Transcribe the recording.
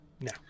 No